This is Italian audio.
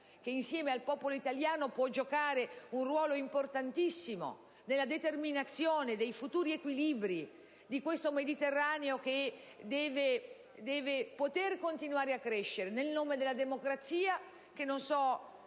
che insieme a quello italiano può giocare un ruolo importantissimo nella determinazione dei futuri equilibri di questo Mediterraneo, che deve poter continuare a crescere nel nome della democrazia, che non so